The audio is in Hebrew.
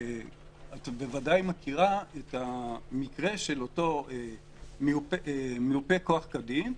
את בוודאי מכירה את המקרה של אותו מיופה כוח כדין,